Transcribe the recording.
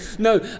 No